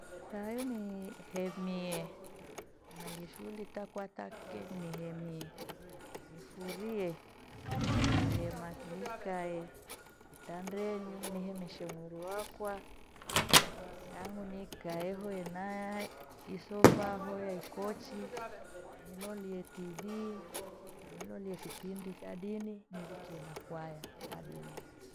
Thayo ni hemie nimalie shughuli takwa- take nihemi. Nifurie ihema nikae kitandenyi nihemeshe mwili wakwa, au nikae hoe na isopha hoye ikochi nilolie Tv nilolie vipindi vya dini niwikie na kwaya tha dini.